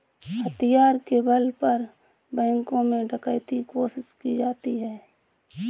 हथियार के बल पर बैंकों में डकैती कोशिश की जाती है